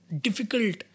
difficult